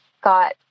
got